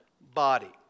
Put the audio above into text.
body